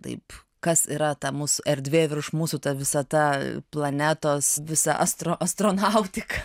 taip kas yra ta mūsų erdvė virš mūsų ta visata planetos visa astro astronautika